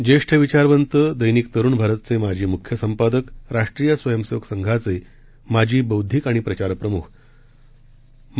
ज्येष्ठविचारवंत दैनिकतरुणभारतचेमाजीमुख्यसंपादक राष्ट्रीयस्वयंसेवकसंघाचेमाजीबौद्धिकआणिप्रचारप्रमुखमा